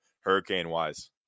hurricane-wise